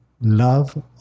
love